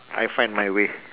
I find my way